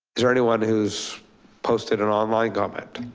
is there anyone who's posted an online comment?